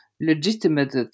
legitimate